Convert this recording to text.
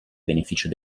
beneficio